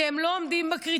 כי הם לא עומדים בקריטריון.